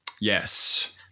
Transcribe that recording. Yes